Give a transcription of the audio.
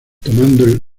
tomando